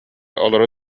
олоро